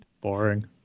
boring